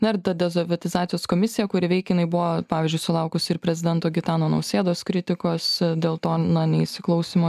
na ir ta desovietizacijos komisija kuri veikia jinai buvo pavyzdžiui sulaukusi ir prezidento gitano nausėdos kritikos dėl to na neįsiklausymo